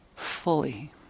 fully